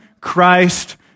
Christ